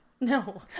No